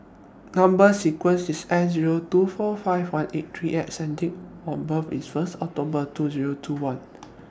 Number sequence IS S Zero two four five one eight three X and Date of birth IS First October two Zero two one